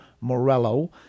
morello